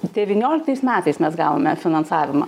devynioliktais metais mes gavome finansavimą